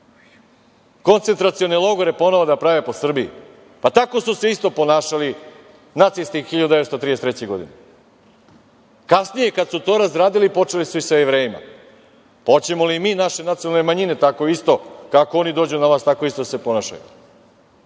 Koncentracione logore ponovo da prave po Srbiji? Pa, tako su se isto ponašali nacisti 1933. godine. Kasnije kad su to razradili počeli su i sa Jevrejima. Hoćemo li i mi naše nacionalne manjine tako isto, kako oni dođu na vlast, tako isto da se ponašaju?